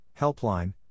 helpline